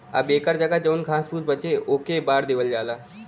अब एकर जगह जौन घास फुस बचे ओके बार देवल जाला